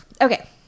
okay